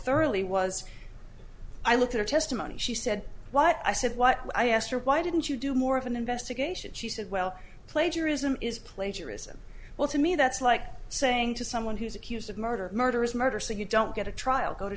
thoroughly was i looked at her testimony she said what i said what i asked her why didn't you do more of an investigation she said well plagiarism is plagiarism well to me that's like saying to someone who's accused of murder murder is murder so you don't get a trial go to